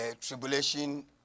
tribulation